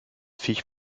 viech